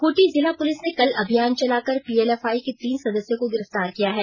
खूंटी जिला पुलिस ने कल अभियान चलाकर पीएलएफआई के तीन सदस्यों को गिरफ़्तार किया है